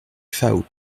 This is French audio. faou